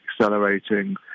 accelerating